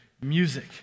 music